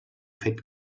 fet